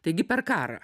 taigi per karą